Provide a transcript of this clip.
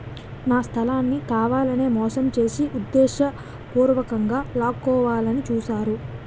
నా స్థలాన్ని కావాలనే మోసం చేసి ఉద్దేశపూర్వకంగా లాక్కోవాలని చూశారు